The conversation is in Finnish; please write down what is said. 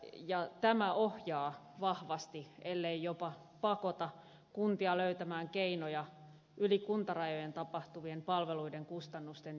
tä mä ohjaa vahvasti ellei jopa pakota kuntia löytämään keinoja yli kuntarajojen tapahtuvien palveluiden kustannusten jaolle